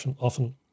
often